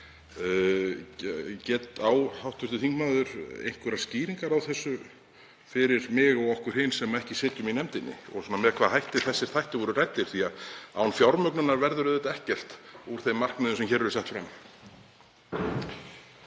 Á hv. þingmaður einhverjar skýringar á þessu fyrir mig og okkur hin sem ekki sitjum í nefndinni og með hvaða hætti voru þessir þættir ræddir? Því að án fjármögnunar verður auðvitað ekkert úr þeim markmiðum sem hér eru sett fram.